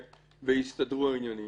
והסתדרו העניינים.